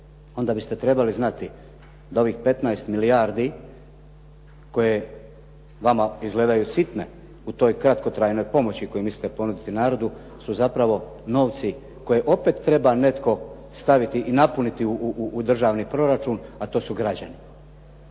onda biste trebali znati da ovih 15 milijardi koje vama izgledaju sitne u toj kratkotrajnoj pomoći koji mislite ponuditi narodu su zapravo novci koje opet treba netko staviti i napuniti u državni proračun, a to su građani.